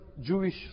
Jewish